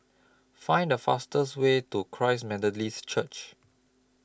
Find The fastest Way to Christ Methodist Church